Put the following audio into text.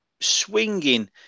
swinging